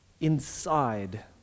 inside